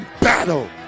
battle